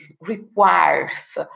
requires